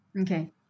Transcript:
Okay